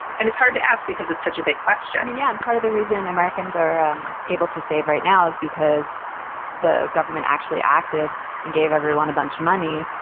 and it's hard to ask because it's such a big question i mean, yeah, and part of the reason americans are um able to save right now is because the government actually acted and gave everyone a bunch money.